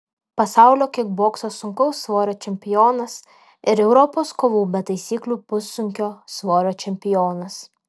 pasaulio kikbokso sunkaus svorio čempionas ir europos kovų be taisyklių pussunkio svorio čempionas